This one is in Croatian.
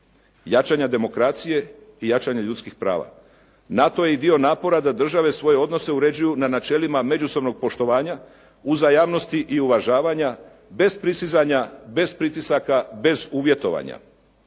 jačanja demokracije i jačanja ljudskih prava. NATO je i dio napora da države svoje odnose uređuju na načelima međusobnog poštovanja, uzajamnosti i uvažavanja bez prisizanja, bez pritisaka, bez uvjetovanja.